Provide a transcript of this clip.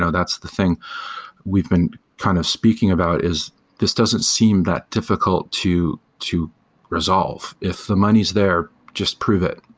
so that's the thing we've been kind of speaking about is this doesn't seem that difficult to to resolve. if the money is there, just prove it.